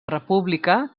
república